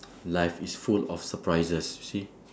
life is full of surprises you see